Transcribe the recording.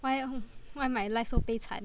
why why my life so 悲惨